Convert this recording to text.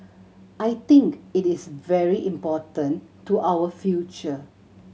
I think it is very important to our future